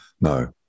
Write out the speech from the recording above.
No